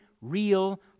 real